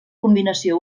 combinació